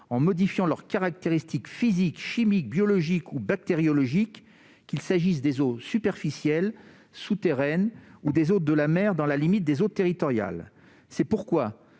en modifiant leurs caractéristiques physiques, chimiques, biologiques ou bactériologiques, qu'il s'agisse des eaux superficielles, souterraines ou des eaux de la mer dans la limite des eaux territoriales ». C'est pourquoi